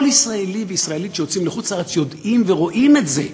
כל ישראלי וישראלית שיוצאים לחוץ-לארץ יודעים ורואים את זה.